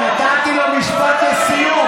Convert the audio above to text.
נתתי לו משפט לסיום.